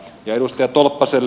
ja edustaja tolppaselle